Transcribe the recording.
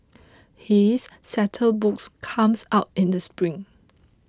his saute book comes out in the spring